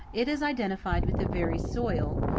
it is identified with the very soil,